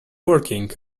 working